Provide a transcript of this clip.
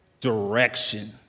direction